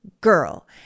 girl